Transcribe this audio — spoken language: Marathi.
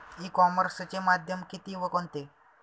ई कॉमर्सचे माध्यम किती व कोणते?